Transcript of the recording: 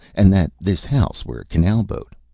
and that this house were a canal-boat.